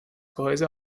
gehäuse